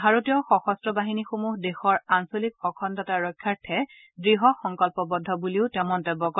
ভাৰতীয় সশস্ত্ৰ বাহিনীসমূহ দেশৰ আঞ্চলিক অখণ্ডতা ৰক্ষাৰ্থে দ্ঢসংকল্পবদ্ধ বুলিও তেওঁ মন্তব্য কৰে